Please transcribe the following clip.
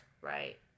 Right